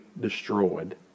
destroyed